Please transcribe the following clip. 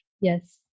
Yes